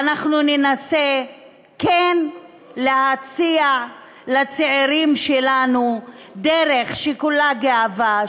ואנחנו ננסה כן להציע לצעירים שלנו דרך שכולה גאווה,